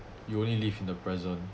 you only live in the present